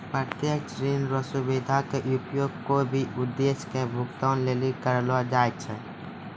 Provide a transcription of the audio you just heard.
प्रत्यक्ष ऋण रो सुविधा के उपयोग कोय भी उद्देश्य के भुगतान लेली करलो जाय छै